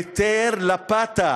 מטר לה פאטה.